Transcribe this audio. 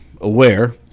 aware